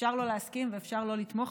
שאפשר לא להסכים ואפשר לא לתמוך,